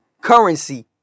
Currency